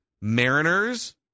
Mariners